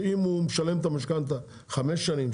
שאם הוא משלם את המשכנתה חמש שנים,